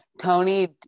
Tony